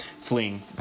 fleeing